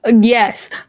Yes